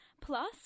Plus